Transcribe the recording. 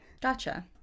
Gotcha